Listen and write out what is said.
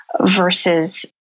versus